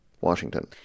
Washington